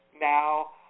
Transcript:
now